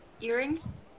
Earrings